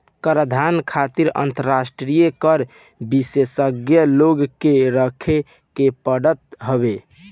कराधान खातिर अंतरराष्ट्रीय कर विशेषज्ञ लोग के रखे के पड़त हवे